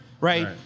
Right